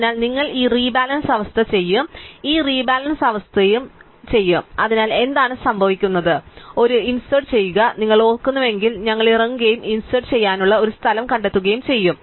അതിനാൽ നിങ്ങൾ ഈ റീബാലൻസ് അവസ്ഥ ചെയ്യും ഞങ്ങൾ ഈ റീബാലൻസ് അവസ്ഥയും ചെയ്യും അതിനാൽ എന്താണ് സംഭവിക്കുന്നത് ഞങ്ങൾ ഒരു ഇൻസേർട് ചെയ്യും നിങ്ങൾ ഓർക്കുന്നുവെങ്കിൽ ഞങ്ങൾ ഇറങ്ങുകയും ഇൻസേർട് ചെയ്യാനും ഒരു സ്ഥലം കണ്ടെത്തുകയും ചെയ്യും